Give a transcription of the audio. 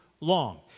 long